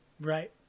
Right